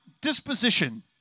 disposition